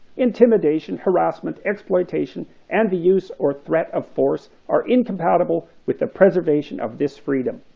intimidation, harassment, exploitation, and the use or threat of force are incompatible with the preservation of this freedom.